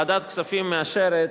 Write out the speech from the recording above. ועדת הכספים מאשרת,